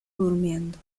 durmiendo